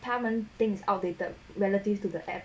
他们 things outdated relative to the airp~